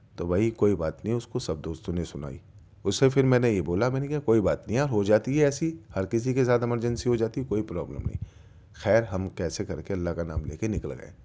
تو بھائی کوئی بات نہیں اس کو سب دوستوں نے سنائی اس سے پھر میں نے یہ بولا میں نے کہا کہ کوئی بات نہیں ہو جاتی ہے ایسی ہر کسی کے ساتھ ایمرجنسی ہو جاتی ہے کوئی پرابلم نہیں خیر ہم کیسے کر کے اللہ کا نام لے کے نکل گئے